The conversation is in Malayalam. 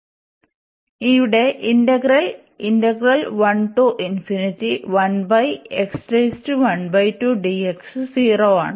അതിനാൽ ഇവിടെ ഇന്റഗ്രൽ 0 ആണ്